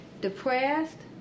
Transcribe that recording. depressed